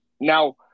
Now